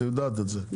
את יודעת את זה,